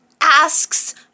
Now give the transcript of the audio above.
asks